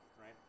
right